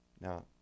Now